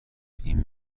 این